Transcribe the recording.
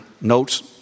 notes